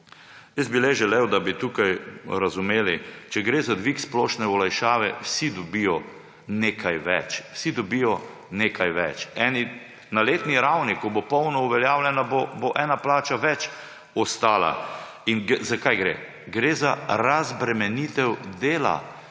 jaz bi le želel, da bi tukaj razumeli, če gre za dvig splošne olajšave, vsi dobijo nekaj več, vsi dobijo nekaj več. Na letni ravni, ko bo polno uveljavljena, bo ena plača več ostala. Za kaj gre? Gre za razbremenitev dela.